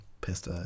pissed